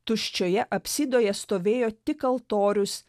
tuščioje apsidoje stovėjo tik altorius